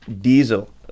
diesel